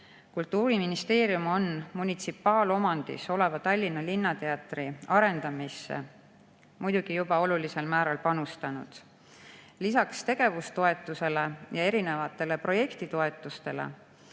Kultuuriministeerium on munitsipaalomandis oleva Tallinna Linnateatri arendamisse muidugi juba olulisel määral panustanud. Lisaks tegevustoetusele ja erinevatele projektitoetustele